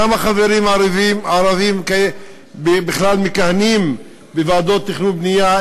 כמה חברים ערבים בכלל מכהנים בוועדות תכנון בנייה,